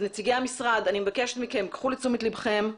נציגי המשרד, אני מבקשת מכם, קחו לתשומת ליבכם: